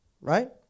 Right